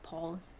polls